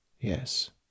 Yes